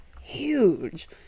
huge